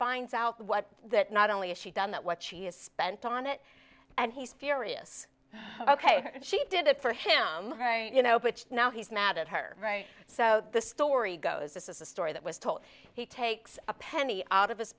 finds out what that not only is she done that what she has spent on it and he's furious ok she did it for him right you know which now he's mad at her right so the story goes this is a story that was told he takes a penny out of his